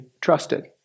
trusted